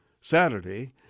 Saturday